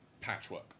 Patchwork